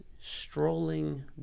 strolling